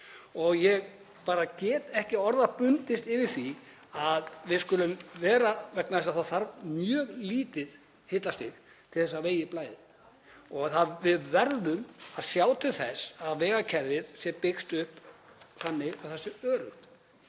og ég get ekki orða bundist yfir að við skulum vera — vegna þess að það þarf mjög lítið hitastig til að vegum blæði og við verðum að sjá til þess að vegakerfið sé byggt þannig upp að það sé öruggt.